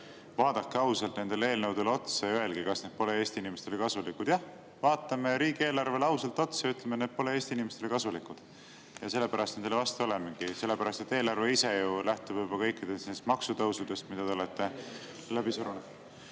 Vaadake ausalt nendele eelnõudele otsa ja öelge, kas need pole Eesti inimestele kasulikud. Jah, vaatame riigieelarvele ausalt otsa ja ütleme, et need pole Eesti inimestele kasulikud. Ja sellepärast me nendele vastu olemegi, sellepärast et eelarve ise ju lähtub juba kõikidest nendest maksutõusudest, mida te olete läbi surunud